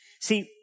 See